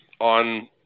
on